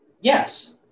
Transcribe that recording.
Yes